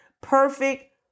perfect